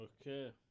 Okay